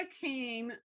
came